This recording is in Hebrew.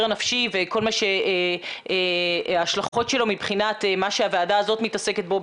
הנפשי וכל ההשלכות שלו מבחינת מה שהוועדה הזאת מתעסקת בו,